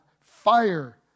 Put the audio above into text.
fire